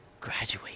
graduate